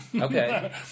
Okay